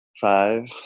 five